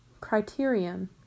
Criterion